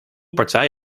partij